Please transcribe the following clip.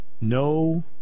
No